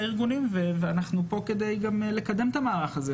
הארגונים ואנחנו פה כדי גם לקדם את המערך הזה.